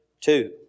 two